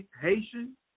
Haitian